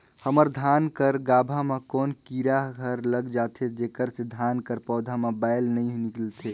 हमर धान कर गाभा म कौन कीरा हर लग जाथे जेकर से धान कर पौधा म बाएल नइ निकलथे?